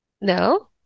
No